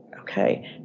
okay